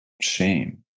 shame